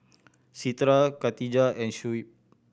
Citra Khatijah and Shuib